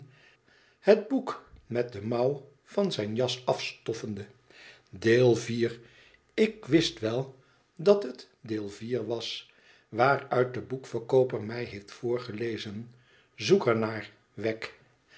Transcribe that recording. het boek met de mouw van zijn jas afstoffende ideel iv ik wist wel dat het deel iv was waaruit de boekverkooper mij heeft voorgelezen zoek er naar wegg